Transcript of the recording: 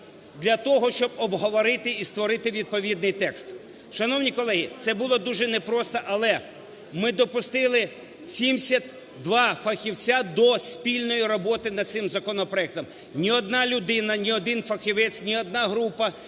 для того, щоб обговорити і створити відповідний текст. Шановні колеги, це було дуже непросто, але ми допустили 72 фахівця до спільної роботи над цим законопроектом. Ні одна людина, ні один фахівець, ні одна група,